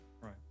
Right